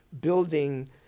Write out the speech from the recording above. building